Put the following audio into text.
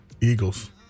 Eagles